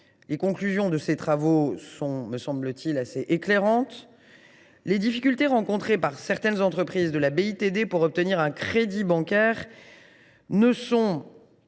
Les conclusions de ces travaux sont, me semble t il, assez éclairantes. Les difficultés rencontrées par certaines entreprises de la BITD pour obtenir un crédit bancaire ne sont,